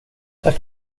tack